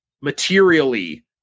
materially